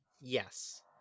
yes